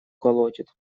колотит